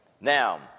Now